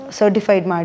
certified